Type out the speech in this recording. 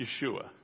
Yeshua